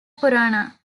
purana